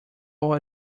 all